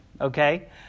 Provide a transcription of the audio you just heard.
Okay